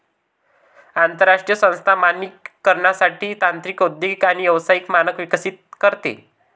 आंतरराष्ट्रीय संस्था मानकीकरणासाठी तांत्रिक औद्योगिक आणि व्यावसायिक मानक विकसित करते